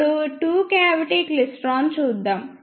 ఇప్పుడు two cavity klystron చూద్దాం